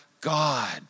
God